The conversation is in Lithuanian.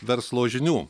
verslo žinių